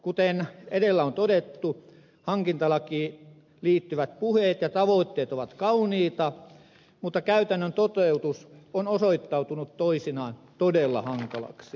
kuten edellä on todettu hankintalakiin liittyvät puheet ja tavoitteet ovat kauniita mutta käytännön toteutus on osoittautunut toisinaan todella hankalaksi